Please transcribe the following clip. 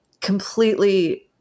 completely